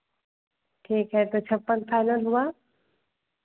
ठीक है तो छप्पन फाइनल हुआ